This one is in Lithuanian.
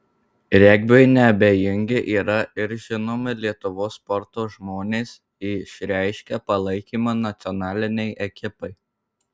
regbiui neabejingi yra ir žinomi lietuvos sporto žmonės išreiškę palaikymą nacionalinei ekipai